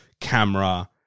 camera